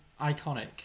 iconic